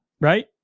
right